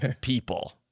people